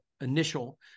initial